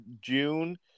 June